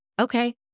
Okay